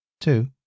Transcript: Two